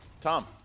Tom